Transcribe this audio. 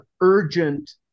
urgent